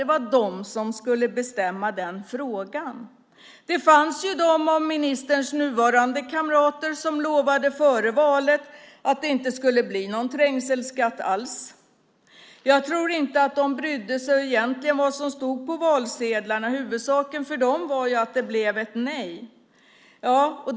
Det var de som skulle bestämma över den frågan. Det fanns de bland ministerns nuvarande kamrater som före valet lovade att det inte skulle bli någon trängselskatt alls. Jag tror inte att de egentligen brydde sig om vad som stod på valsedlarna. Huvudsaken för dem var att det blev ett nej.